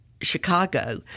Chicago